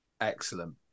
excellent